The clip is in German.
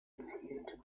gezählt